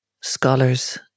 scholars